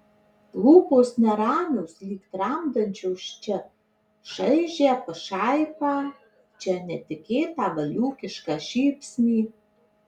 lūpos neramios lyg tramdančios čia šaižią pašaipą čia netikėtą valiūkišką šypsnį